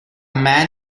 man